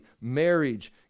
marriage